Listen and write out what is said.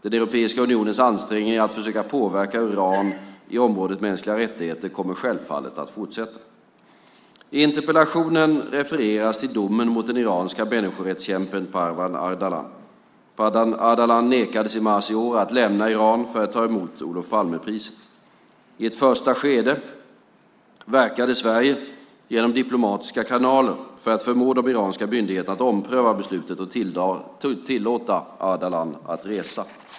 Europeiska unionens ansträngningar att försöka påverka Iran när det gäller området mänskliga rättigheter kommer självfallet att fortsätta. I interpellationen refereras till domen mot den iranska människorättskämpen Parvin Ardalan. Parvin Ardalan nekades i mars i år att lämna Iran för att ta emot Olof Palme-priset. I ett första skede verkade Sverige genom diplomatiska kanaler för att förmå de iranska myndigheterna att ompröva beslutet och tillåta Ardalan att resa.